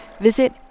visit